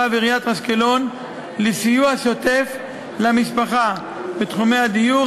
ועיריית אשקלון לסיוע שוטף למשפחה בתחומי הדיור,